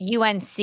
UNC